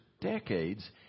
decades